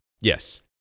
Yes